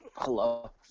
hello